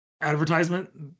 advertisement